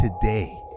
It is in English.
today